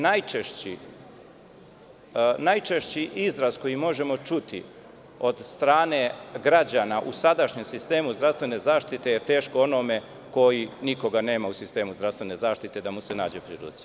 Najčešći izraz koji možemo čuti od strane građana u sadašnjem sistemu zdravstvene zaštite je - teško onome koji nikoga nema u sistemu zdravstvene zaštite da mu se nađe pri ruci.